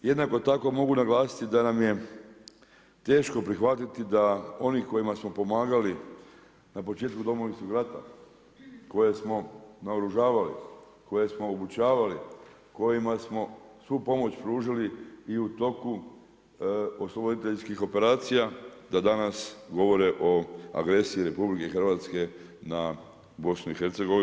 Jednako tako mogu naglasiti, da nam je teško prihvatiti, da oni kojima smo pomagali na početku Domovinskog rata, koje smo naoružavali, koje smo obučavali, kojima smo svu pomoć pružili i u toku osloboditeljskih operacijama da danas govore o agresiji RH, na BIH.